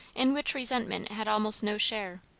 in which resentment had almost no share.